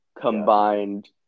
combined